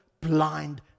blind